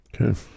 Okay